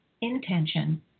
intention